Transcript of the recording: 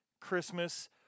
christmas